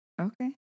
okay